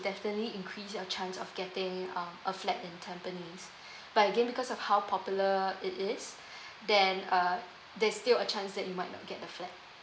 definitely increase your chance of getting um a flat in tampines but again because of how popular it is then uh there's still a chance that you might not get a flat